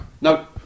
no